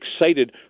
excited